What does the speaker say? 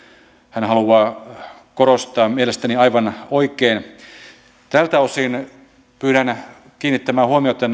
hän haluaa korostaa mielestäni aivan oikein tältä osin pyydän kiinnittämään huomiotanne